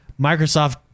Microsoft